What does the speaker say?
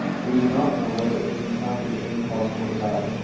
though we do not know whether it has encountered any possible desire.